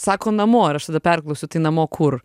sako namo ir aš tada perklausiu tai namo kur